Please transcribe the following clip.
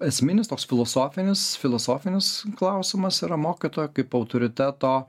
esminis toks filosofinis filosofinis klausimas yra mokytojo kaip autoriteto